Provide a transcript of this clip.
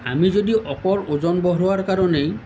আমি যদি অকল ওজন বঢ়োৱাৰ কাৰণেই